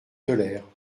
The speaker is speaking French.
tolère